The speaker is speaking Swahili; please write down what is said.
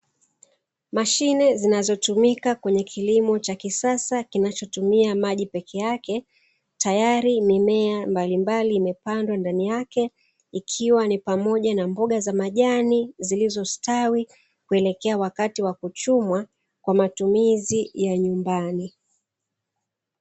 Mashine zinazotumika kwenye kilimo cha mimea imepandwa ndani yake kam mbogamboga kwa matumizi ya nyumbani